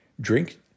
Drink